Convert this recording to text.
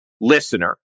listener